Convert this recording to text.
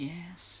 Yes